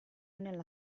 nella